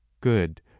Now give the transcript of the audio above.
Good